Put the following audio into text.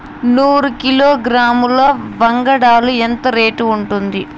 నూరు కిలోగ్రాముల వంగడాలు ఎంత రేటు ఉంటుంది?